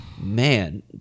man